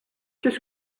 qu’est